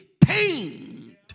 pained